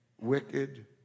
wicked